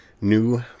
new